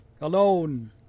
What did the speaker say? Alone